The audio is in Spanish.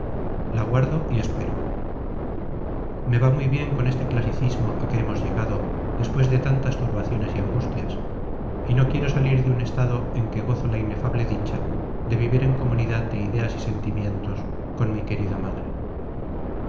la guardo y espero me va muy bien con este clasicismo a que hemos llegado después de tantas turbaciones y angustias y no quiero salir de un estado en que gozo la inefable dicha de vivir en comunidad de ideas y sentimientos con mi querida madre